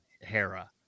Hera